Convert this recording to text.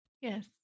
Yes